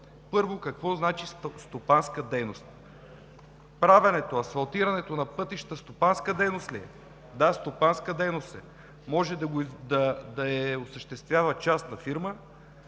първо, какво значи стопанска дейност? Правенето, асфалтирането на пътища стопанска дейност ли е? Да, стопанска дейност е. Може да я осъществява частна фирма